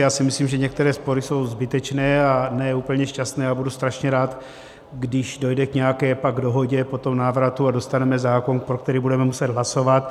Já si myslím, že některé spory jsou zbytečné a ne úplně šťastné a budu strašně rád, když dojde pak k nějaké dohodě po tom návratu a dostaneme zákon, pro který budeme muset hlasovat.